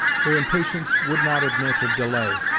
her impatience would not admit of delay,